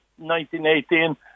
1918